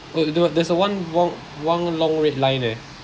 oh do you there's a one one one long red line eh